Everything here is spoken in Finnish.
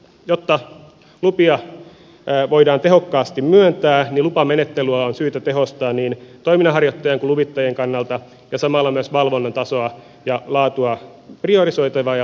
jotta lupia voidaan tehokkaasti myöntää lupamenettelyä on syytä tehostaa niin toiminnanharjoittajien kuin luvittajien kannalta ja samalla myös valvonnan tasoa ja laatua on priorisoitava ja parannettava